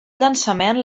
llançament